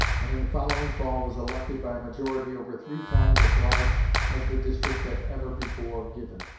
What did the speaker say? and in the following fall was elected by a majority over three times as large as the district had ever before given.